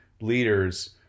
leaders